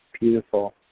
beautiful